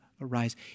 arise